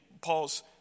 Paul's